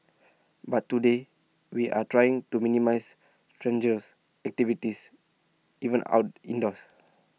but today we are trying to minimise strenuous activities even our indoors